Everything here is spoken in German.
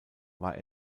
war